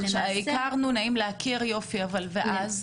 הכרנו, נעים להכיר, יופי ואז?